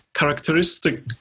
Characteristic